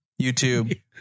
YouTube